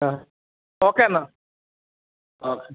ആ ഓക്കെ എന്നാൽ ഓക്കെ